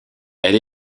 elle